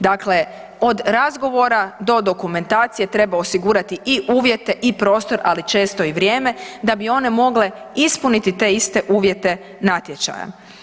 Dakle, od razgovora do dokumentacije treba osigurati i uvjete i prostor, ali često i vrijeme da bi one mogle ispuniti te iste uvjete natječaja.